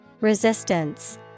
Resistance